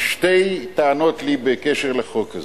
שתי טענות לי בקשר לחוק הזה.